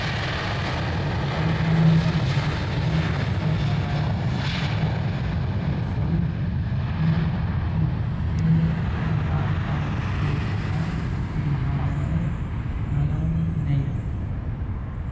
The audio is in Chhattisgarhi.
कइ ठन बन ह जेन फसल लगाय रइबे तइसने दिखते अउ नान नान रथे त चिन्हावय घलौ नइ